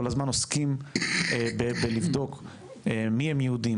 כל הזמן עוסקים בלבדוק מי הם יהודים,